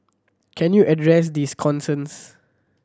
can you address these concerns